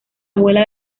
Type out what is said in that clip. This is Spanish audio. abuela